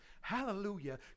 Hallelujah